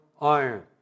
iron